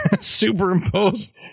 superimposed